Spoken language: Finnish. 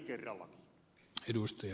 arvoisa puhemies